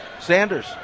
Sanders